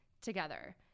together